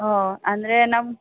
ಓಹ್ ಅಂದರೆ ನಮ್ಮ